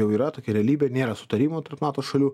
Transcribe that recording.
jau yra tokia realybė nėra sutarimo tarp nato šalių